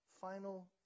final